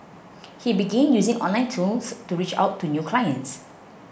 he began using online tools to reach out to new clients